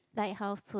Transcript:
like how soon